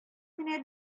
кенә